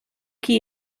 qui